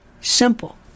simple